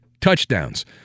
touchdowns